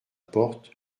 porte